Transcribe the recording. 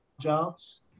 jobs